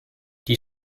die